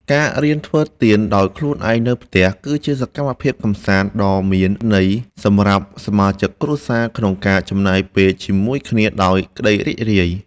ការរៀនធ្វើទៀនដោយខ្លួនឯងនៅផ្ទះ គឺជាសកម្មភាពកម្សាន្តដ៏មានន័យសម្រាប់សមាជិកគ្រួសារក្នុងការចំណាយពេលជាមួយគ្នាដោយក្ដីរីករាយ។